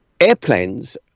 airplanes